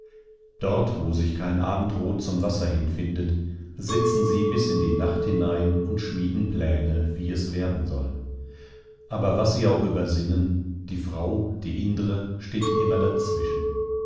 dort wo sich kein abendrot zum wasser hinfindet sitzen sie bis in die nacht hinein und schmieden pläne wie es werden soll aber was sie auch übersinnen die frau die indre steht immer dazwischen